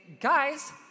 guys